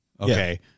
Okay